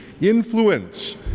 influence